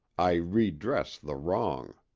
i redress the wrong.